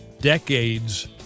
decades